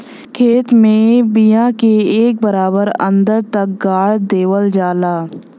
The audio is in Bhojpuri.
खेत में बिया के एक बराबर अन्दर तक गाड़ देवल जाला